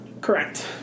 Correct